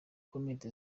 comments